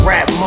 Rap